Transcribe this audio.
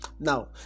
Now